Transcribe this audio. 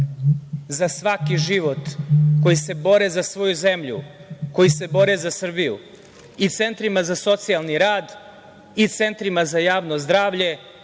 za svaki život, koji se bore za svoju zemlju, koji se bore za Srbiju. I centrima za socijalni rad i centrima za javno zdravlje,